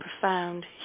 profound